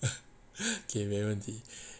okay 没问题